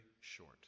short